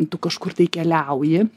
tu kažkur tai keliauji